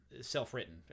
self-written